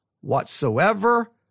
whatsoever